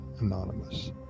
anonymous